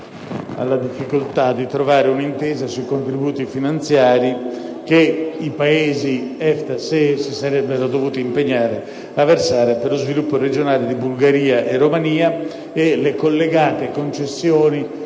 alla difficoltà di trovare un'intesa sui contributi finanziari che i Paesi EFTA/SEE si sarebbero dovuti impegnare a versare per lo sviluppo regionale di Bulgaria e Romania e le collegate concessioni